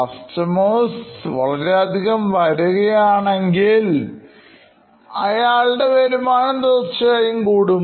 customers വളരെയധികം വരുകയാണെങ്കിൽ അയാളുടെ വരുമാനം തീർച്ചയായും കൂടും